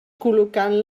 col·locant